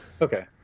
Okay